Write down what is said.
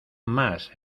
más